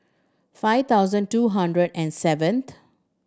five thousand two hundred and seventh